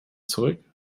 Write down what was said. zurück